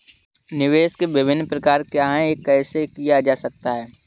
निवेश के विभिन्न प्रकार क्या हैं यह कैसे किया जा सकता है?